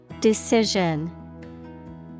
Decision